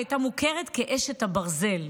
והיא הייתה מוכרת כ"אשת הברזל".